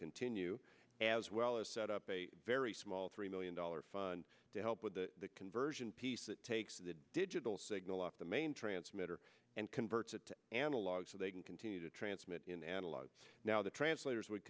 continue as well as set up a very small three million dollar fund to help with the conversion piece that takes the digital signal off the main transmitter and converts it to analog so they can continue to transmit in analog now the translators would